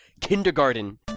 kindergarten